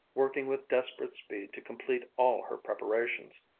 working with desperate speed to complete all her preparations.